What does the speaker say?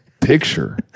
picture